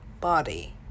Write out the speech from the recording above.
body